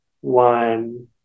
one